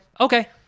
okay